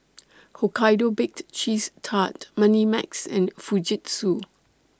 Hokkaido Baked Cheese Tart Moneymax and Fujitsu